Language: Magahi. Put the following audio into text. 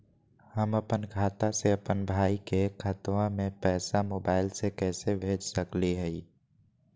हम अपन खाता से अपन भाई के खतवा में पैसा मोबाईल से कैसे भेज सकली हई?